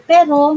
Pero